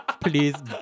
Please